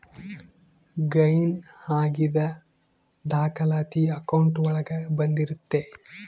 gain ಆಗಿದ್ ದಾಖಲಾತಿ account ಒಳಗ ಬಂದಿರುತ್ತೆ